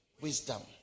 wisdom